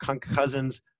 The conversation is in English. cousins